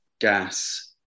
gas